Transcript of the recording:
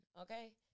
okay